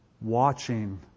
watching